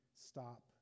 stop